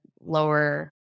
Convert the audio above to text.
lower